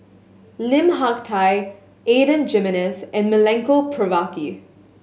Lim Hak Tai Adan Jimenez and Milenko Prvacki